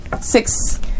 Six